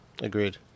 Agreed